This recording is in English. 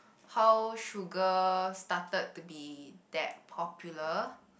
how sugar started to be that popular